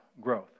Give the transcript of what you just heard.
growth